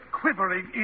quivering